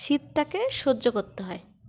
শীতটাকে সহ্য করতে হয়